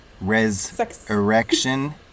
Res-erection